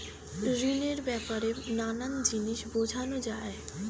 ঋণের ব্যাপারে নানা জিনিস বোঝানো যায়